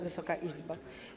Wysoka Izbo!